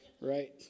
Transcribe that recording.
right